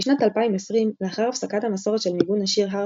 בשנת 2020 לאחר הפסקת המסורת של ניגון השיר Hurt